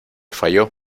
falló